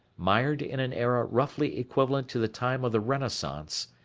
mired in an era roughly equivalent to the time of the renaissance,